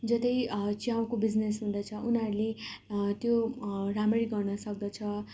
जतै च्याउको बिजनेस हुँदछ उनीहरूले त्यो राम्ररी गर्नसक्दछ